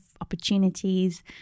opportunities